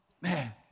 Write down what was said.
Man